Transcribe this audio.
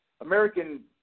American